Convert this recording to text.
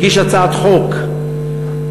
הוא הגיש הצעת חוק פרטית,